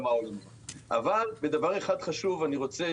אבל בדבר אחד חשוב אני רוצה,